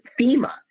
FEMA